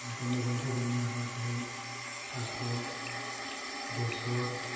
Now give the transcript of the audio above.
ओमफ्राय मैगं थाइगंनि आबाद जेरै थास' बेसर